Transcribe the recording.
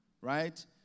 right